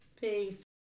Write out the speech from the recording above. Peace